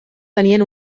tenien